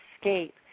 escape